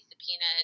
subpoenaed